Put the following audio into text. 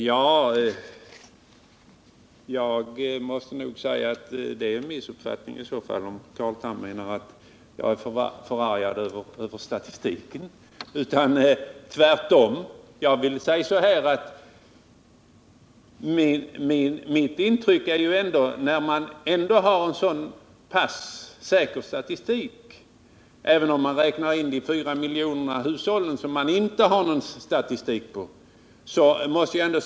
Herr talman! Det är nog en missuppfattning, om Carl Tham menar att jag är förargad över statistiken. Tvärtom är mitt intryck att man har en ganska säker statistik, även om det finns 4 miljoner hushåll som man inte har statistik över.